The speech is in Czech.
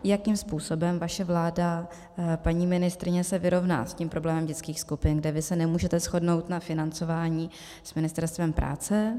Jakým způsobem vaše vláda, paní ministryně, se vyrovná s tím problémem dětských skupin, kde vy se nemůžete shodnout na financování s Ministerstvem práce.